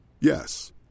Yes